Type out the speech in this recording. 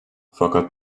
fakat